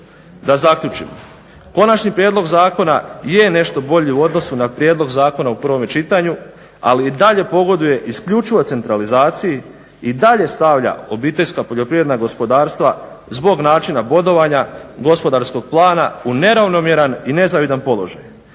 Da zaključim, konačnim prijedlog zakona je nešto bolji u odnosu na prijedlog zakona u prvom čitanju, ali i dalje pogoduje isključivo centralizaciji i dalje stavlja OPG-e zbog načina bodovanja gospodarskog plana u neravnomjeran i nezavidan položaj